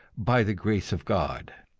by the grace of god.